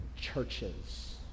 churches